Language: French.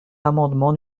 l’amendement